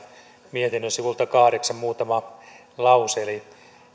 mietinnön sivulta kahdeksan muutama lause eli